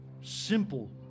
Simple